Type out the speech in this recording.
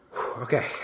Okay